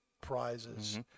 prizes